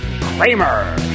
Kramer